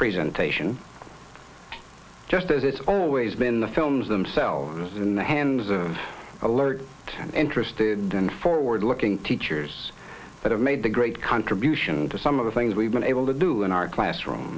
presentation just as it's always been the films themselves in the hands of alert to interested and forward looking teachers that have made a great contribution to some of the things we've been able to do in our classroom